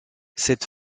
cette